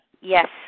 Yes